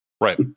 Right